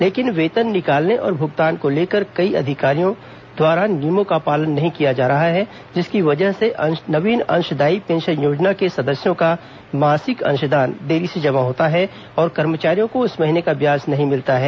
लेकिन वेतन निकालने और भुगतान को लेकर कई अधिकारी नियमों का पालन नहीं कर रहे हैं जिसकी वजह से नवीन अंशदायी पेंशन योजना के सदस्यों का मासिक अंशदान देरी से जमा होता है और कर्मचारियों को उस महीने का ब्याज नहीं मिलता है